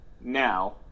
now